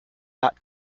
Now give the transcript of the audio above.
dot